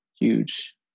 huge